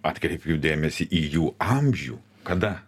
atkreipiau dėmesį į jų amžių kada